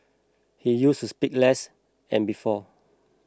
he used speak less and before